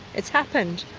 it's happened,